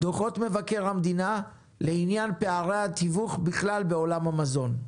ודוחות מבקר המדינה לעניין פערי התיווך בכלל בעולם המזון.